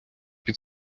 під